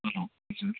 हलो हजुर